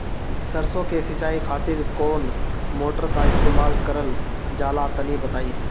सरसो के सिंचाई खातिर कौन मोटर का इस्तेमाल करल जाला तनि बताई?